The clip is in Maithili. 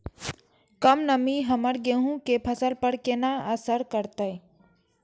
कम नमी हमर गेहूँ के फसल पर केना असर करतय?